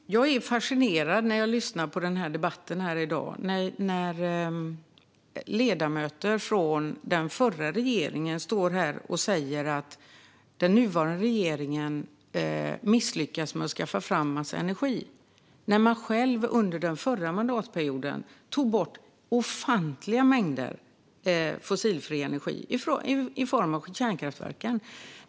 Herr talman! Jag blir fascinerad när jag lyssnar på debatten här i dag där ledamöter från de förra regeringspartierna säger att den nuvarande regeringen misslyckas med att skaffa fram en massa energi, när man själv under den förra mandatperioden tog bort ofantliga mängder fossilfri energi i form av kärnkraftverk.